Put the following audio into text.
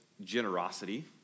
generosity